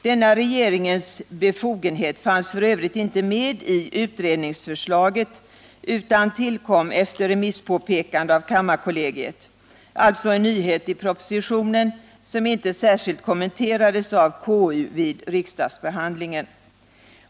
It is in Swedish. Denna regeringens befogenhet fanns för övrigt inte med i utredningsförslaget utan tillkom efter remisspåpekande av kammarkollegiet, alltså en nyhet i propositionen som inte särskilt kommenterades av KU vid riksdagsbehandlingen.